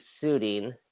suiting